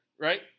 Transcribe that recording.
Right